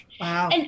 Wow